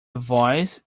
voice